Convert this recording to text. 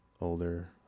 older